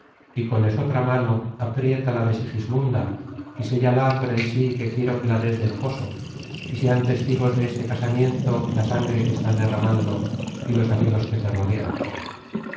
y con esotra mano aprieta la de sigismunda y séllala con el sí que quiero que la dés de esposo y sean testigos de este casamiento la sangre que estás derramando y los amigos que te rodean